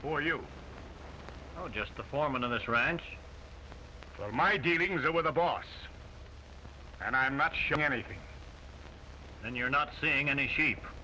or you know just the foreman of this ranch my dealings with the boss and i'm not showing anything then you're not seeing any sheep